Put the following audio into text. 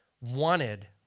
wanted